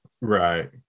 Right